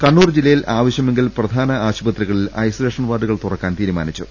കണ്ണൂർ ജില്ലയിൽ ആവശ്യമെങ്കിൽ പ്രധാന ആശുപത്രി കളിൽ ഐസൊലേഷൻ വാർഡുകൾ തുറക്കാൻ തീരുമാ നിച്ചു